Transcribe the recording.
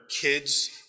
kids